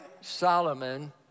Solomon